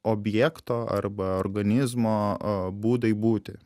objekto arba organizmo būdai būti